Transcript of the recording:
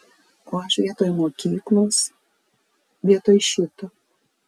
o aš vietoj mokyklos vietoj šito